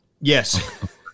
Yes